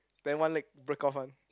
then one leg break off one